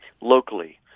locally